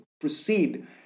proceed